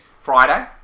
Friday